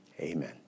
Amen